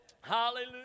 hallelujah